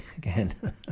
again